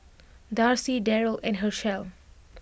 Darcy Darryll and Hershell